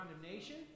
condemnation